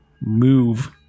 move